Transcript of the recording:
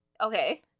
Okay